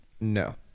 no